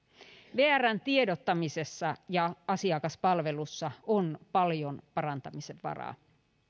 vrn tiedottamisessa ja asiakaspalvelussa on paljon parantamisen varaa